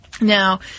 Now